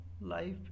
life